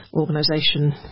organisation